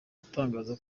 utangaza